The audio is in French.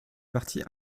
partie